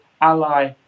ally